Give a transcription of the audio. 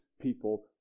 people